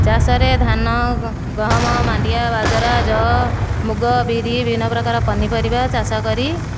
ଚାଷରେ ଧାନ ଗହମ ମାଣ୍ଡିଆ ବାଜରା ଯଅ ମୁଗ ବିରି ବିଭିନ୍ନ ପ୍ରକାର ପନିପରିବା ଚାଷ କରି